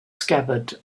scabbard